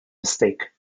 mistake